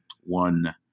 one